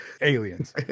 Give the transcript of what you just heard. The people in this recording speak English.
Aliens